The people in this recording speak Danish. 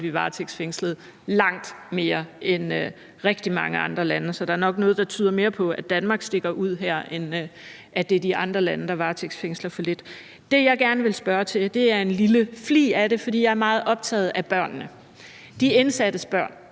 vi varetægtsfængsler langt mere end rigtig mange andre lande. Så der er nok noget, der tyder mere på, at Danmark stikker ud her, end at det er de andre lande, der varetægtsfængsler for lidt. Det, jeg gerne vil spørge til, er en lille flig af det, for jeg er meget optaget af børnene, altså de indsattes børn.